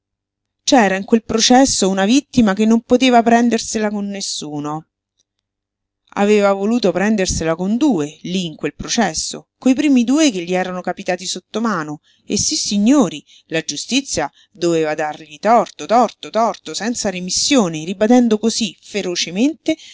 c'era in quel processo una vittima che non poteva prendersela con nessuno aveva voluto prendersela con due lí in quel processo coi primi due che gli erano capitati sotto mano e sissignori la giustizia doveva dargli torto torto torto senza remissione ribadendo cosí ferocemente